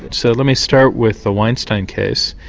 so let me start with the weinstein case.